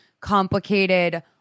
complicated